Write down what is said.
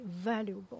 valuable